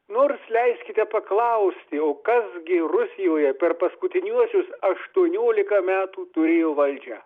nors leiskite paklausti o kas gi rusijoje per paskutiniuosius aštuoniolika metų turėjo valdžią